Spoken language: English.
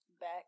Back